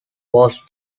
was